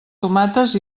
tomates